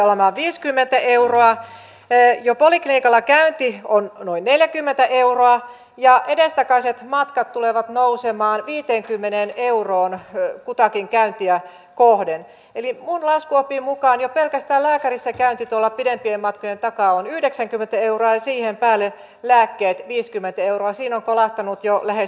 toinen asia jonka haluan nostaa esille on budjettialoitteeni elokuva ja edestakaiset matkat tulevat nousemaan viiteenkymmeneen euroon kutakin käyntiä kohden eli mullan skopin mukaan jo pelkästään lääkärissä käyntitola pidempien matkojen takaa on yhdeksänkymmentä av tuotannolle suunnattavasta tuotantotuesta josta edustaja kosonen äsken ansiokkaasti puhuikin